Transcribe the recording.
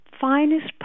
finest